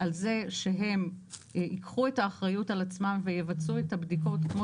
על זה שהם ייקחו את האחריות על עצמם ויבצעו את הבדיקות כמו